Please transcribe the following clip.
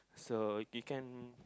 so you can